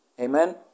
Amen